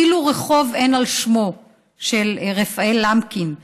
אפילו רחוב אין על שמו של רפאל למקין,